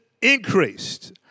increased